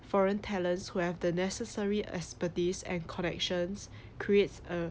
foreign talents who have the necessary expertise and connections create a